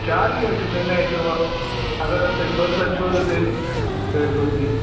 چارٕے حظ چھُس اَمہِ آے تہٕ وۄنۍ اگر حظ تۄہہِ فٕرست چھو تہٕ تیٚلہِ کٔرۍتو تُہۍ